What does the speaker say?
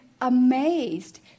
amazed